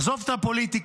עזוב את הפוליטיקה.